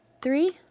three,